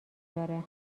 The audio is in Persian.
داره